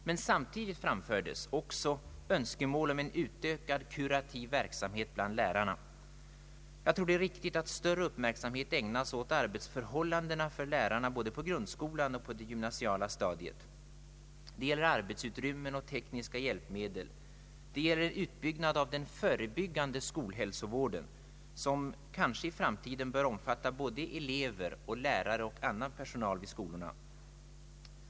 Men samtidigt framfördes också önskemål om en utökad kurativ verksamhet bland lärarna. Jag tror att det är riktigt att större uppmärksamhet ägnas åt arbetsförhållandena för lärarna både i grundskolan och på det gymnasiala stadiet. Det gäller arbetsutrymmen och tekniska hjälpmedel. Det gäller utbyggnad av den förebyggande skolhälsovården, som i framtiden kanske bör omfatta både elever, lärare och annan personal vid skolorna.